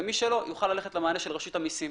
ומי שלא, יוכל ללכת למענה של רשות המסים.